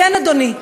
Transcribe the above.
כן, אדוני.